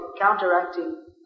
counteracting